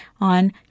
on